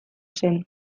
zen